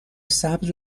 سبز